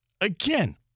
again